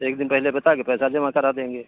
एक दिन पहले बता के पैसा जमा करा देंगे